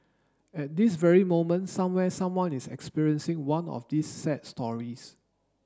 at this very moment somewhere someone is experiencing one of these sad stories